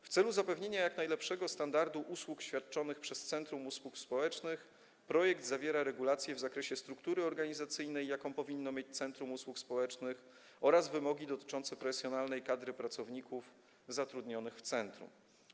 W celu zapewnienia jak najlepszego standardu usług świadczonych przez centrum usług społecznych projekt zawiera regulacje w zakresie struktury organizacyjnej, jaką powinno mieć centrum usług społecznych, oraz wymogów dotyczących profesjonalnej kadry pracowników zatrudnionych w centrum.